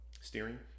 steering